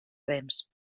rems